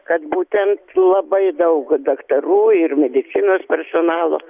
kad būtent labai daug daktarų ir medicinos personalo